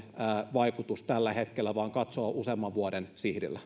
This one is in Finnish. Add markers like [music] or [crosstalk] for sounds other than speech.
vaikutus tällä hetkellä vaan katsoa useamman vuoden sihdillä [unintelligible]